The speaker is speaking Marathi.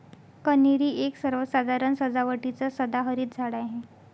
कन्हेरी एक सर्वसाधारण सजावटीचं सदाहरित झाड आहे